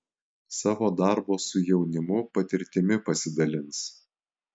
savo darbo su jaunimu patirtimi pasidalins